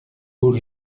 aux